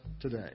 today